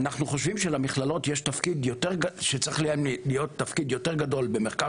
אנחנו חושבים שלמכללות צריך להיות תפקיד יותר גדול במחקר